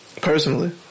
Personally